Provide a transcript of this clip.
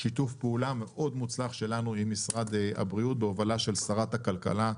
שיתוף פעולה מאוד מוצלח שלנו עם משרד הבריאות בהובלה של שרת הכלכלה.